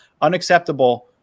Unacceptable